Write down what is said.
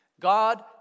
God